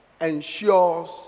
ensures